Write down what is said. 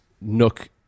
Nook